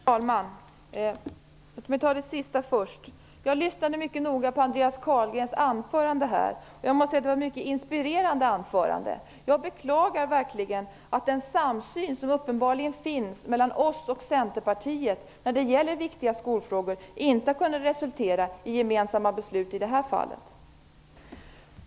Herr talman! Låt mig ta det sista först. Jag lyssnade mycket noga på Andreas Carlgrens anförande. Jag måste säga att det var ett mycket inspirerande anförande. Jag beklagar verkligen att den samsyn som uppenbarligen finns mellan oss och Centerpartiet när det gäller viktiga skolfrågor inte har kunnat resultera i gemensamma beslut i det här fallet.